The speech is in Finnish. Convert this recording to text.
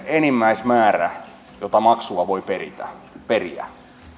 enimmäismäärän jota maksua voi periä periä